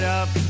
up